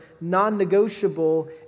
non-negotiable